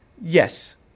Yes